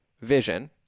vision